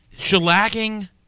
Shellacking